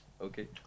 okay